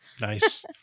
Nice